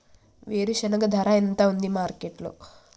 వేరుశెనగ ధర ఎంత ఉంది మార్కెట్ లో?